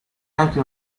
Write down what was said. anche